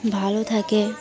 ভালো থাকে